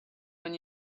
when